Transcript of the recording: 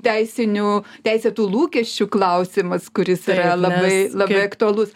teisinių teisėtų lūkesčių klausimas kuris yra labai labai aktualus